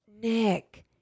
Nick